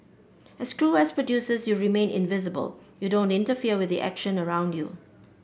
as crew as producers you remain invisible you don't interfere with the action around you